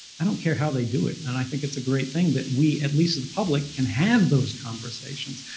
i don't care how they do it, and and i think it's a great thing that we, at least of the public, can have those conversations.